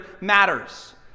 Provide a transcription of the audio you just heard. matters